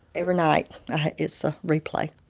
every night it's a replay.